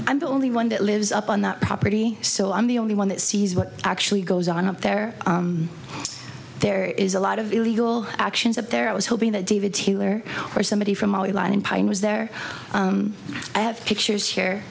i'm the only one that lives up on that property so i'm the only one that sees what actually goes on up there there is a lot of illegal actions up there i was hoping that david taylor or somebody from the line in pine was there i have pictures